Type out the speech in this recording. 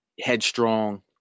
headstrong